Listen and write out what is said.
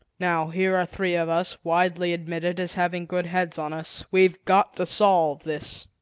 now, here are three of us, widely admitted as having good heads on us. we've got to solve this.